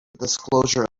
disclosure